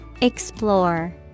Explore